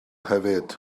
hefyd